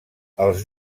els